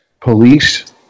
Police